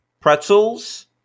pretzels